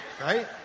right